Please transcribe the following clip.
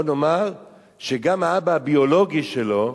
בוא נאמר שגם האבא הביולוגי שלו,